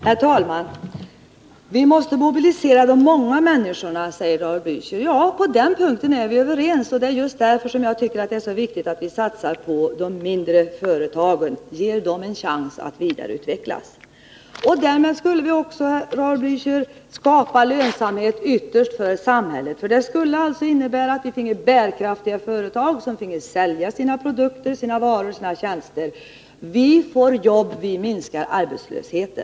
Herr talman! Vi måste mobilisera de många människorna, säger Raul Blächer. På den punkten är vi överens, och det är just därför som jag tycker att det är så viktigt att vi satsar på de mindre företagen och ger dem en chans att vidareutvecklas. Därmed skulle vi ytterst skapa lönsamhet också för samhället. Vi skulle få bärkraftiga företag som kan sälja sina varor och tjänster, vi skulle skapa jobb och minska arbetslösheten.